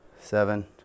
seven